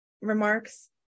remarks